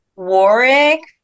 Warwick